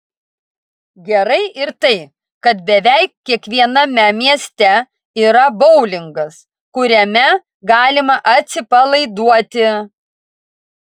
gerai ir tai kad beveik kiekviename mieste yra boulingas kuriame galima atsipalaiduoti